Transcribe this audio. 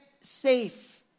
safe